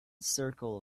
circle